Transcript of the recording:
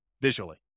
visually